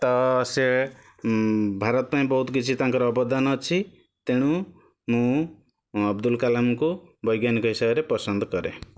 ତ ସେ ଭାରତ ପାଇଁ ବହୁତ କିଛି ତାଙ୍କର ଅବଦାନ ଅଛି ତେଣୁ ମୁଁ ଅବୁଦୁଲ କାଲମ୍ ଙ୍କୁ ବୈଜ୍ଞାନିକ ହିସାବରେ ପସନ୍ଦ କରେ